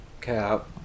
Cap